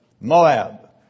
Moab